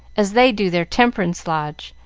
as they do their temperance lodge,